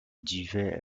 duvet